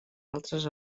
altres